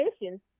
mission